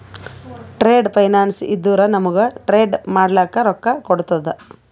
trade finance ಇದ್ದುರ ನಮೂಗ್ trade ಮಾಡ್ಲಕ ರೊಕ್ಕಾ ಕೋಡ್ತುದ